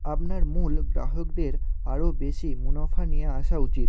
আপনার মূল গ্রাহকদের আরও বেশি মুনাফা নিয়ে আসা উচিত